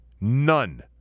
None